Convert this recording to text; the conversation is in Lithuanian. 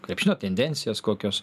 krepšinio tendencijas kokios